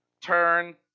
turn